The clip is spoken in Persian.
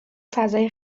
فضای